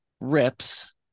rips